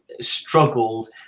Struggled